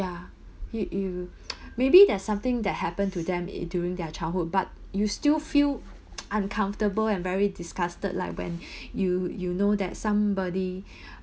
ya you you maybe there's something that happened to them eh during their childhood but you still feel uncomfortable and very disgusted like when you you know that somebody